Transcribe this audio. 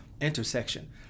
intersection